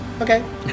Okay